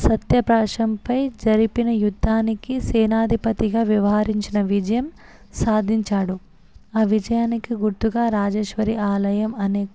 సత్యప్రాసంపై జరిపిన యుద్ధానికి సేనాధిపతిగా వ్యవహరించిన విజయం సాధించాడు ఆ విజయానికి గుర్తుగా రాజేశ్వరి ఆలయం అనే